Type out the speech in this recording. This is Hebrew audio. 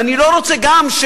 ואני לא רוצה גם,